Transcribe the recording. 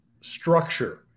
structure